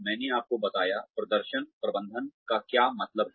मैंने आपको बताया प्रदर्शन प्रबंधन का क्या मतलब है